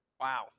wow